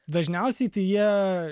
dažniausiai tai jie